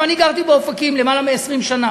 אני גרתי באופקים למעלה מ-20 שנה,